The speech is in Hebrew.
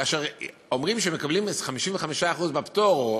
כשאומרים שמקבלים 55% מהפטור,